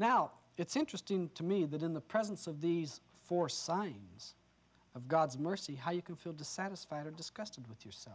now it's interesting to me that in the presence of these four signs of god's mercy how you can feel dissatisfied or disgusted with us